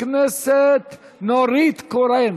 לוועדה שתקבע ועדת הכנסת נתקבלה.